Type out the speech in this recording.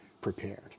prepared